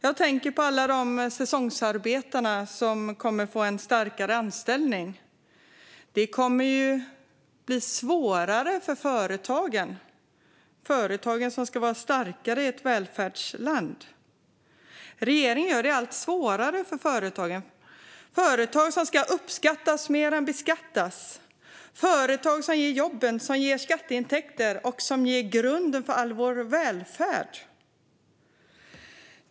Jag tänker på alla säsongsarbetare som kommer att få en starkare anställning. Det kommer att bli svårare för företagen som ska vara starka i ett välfärdsland. Regeringen gör det allt svårare för företagen som ska uppskattas mer än beskattas och som ger jobb, skatteintäkter och grunden för all vår välfärd.